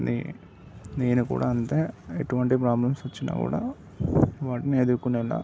నే నేను కూడా అంతే ఎటువంటి ప్రాబ్లమ్స్ వచ్చిన కూడా వాటిని ఎదురుకునేలా